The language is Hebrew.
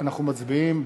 אנחנו מצביעים.